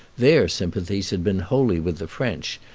their sympathies had been wholly with the french,